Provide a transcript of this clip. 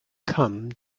come